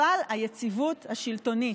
אבל היציבות השלטונית,